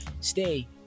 stay